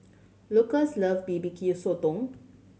Lukas love B B Q Sotong